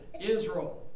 Israel